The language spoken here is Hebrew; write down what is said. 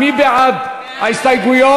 מי בעד ההסתייגויות?